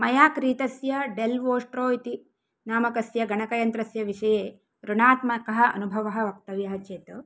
मया क्रीतस्य Dell Vostro इति नामकस्य गणकयन्त्रस्य विषये रुणात्मकः अनुभवः वक्तव्यः चेत्